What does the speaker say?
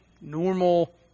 normal